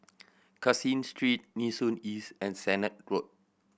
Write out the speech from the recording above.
Caseen Street Nee Soon East and Sennett Road